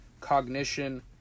cognition